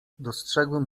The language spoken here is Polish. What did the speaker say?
dostrzegłem